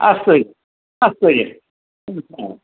अस्तु अस्तु जि हा